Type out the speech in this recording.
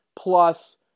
plus